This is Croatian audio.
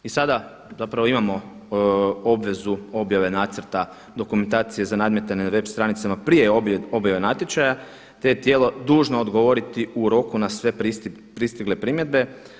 I sada zapravo imamo obvezu objave nacrta dokumentacije za nadmetanje na web stranicama prije objave natječaja, te je tijelo dužno odgovoriti u roku na sve pristigle primjedbe.